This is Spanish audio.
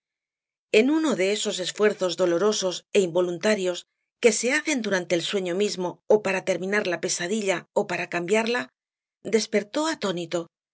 en uno de esos esfuerzos dolorosos é involuntarios que se hacen durante el sueño mismo ó para terminar la pesadilla ó para cambiarla despertó atónito